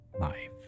life